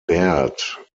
barred